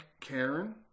Karen